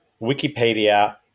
Wikipedia